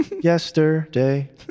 yesterday